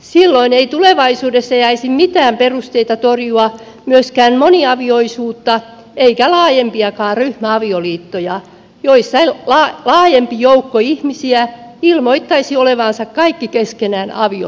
silloin ei tulevaisuudessa jäisi mitään perusteita torjua myöskään moniavioisuutta eikä laajempiakaan ryhmäavioliittoja joissa laajempi joukko ihmisiä ilmoittaisi olevansa keskenään avioliitossa